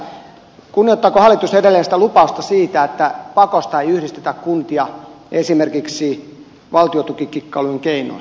kunnioittaako hallitus edelleen sitä lupausta siitä että pakosta ei yhdistetä kuntia esimerkiksi valtiontukikikkailun keinoin